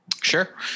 Sure